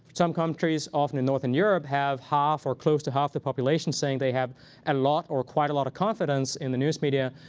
some countries, often in northern europe, have half or close to half the population saying they have a lot or quite a lot of confidence in the news media.